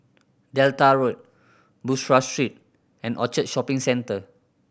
Delta Road Bussorah Street and Orchard Shopping Centre